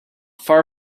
far